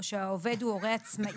או כשהעובד הוא הורה עצמאי,